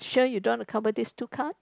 sure you don't want to cover this two cards